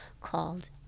called